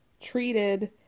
treated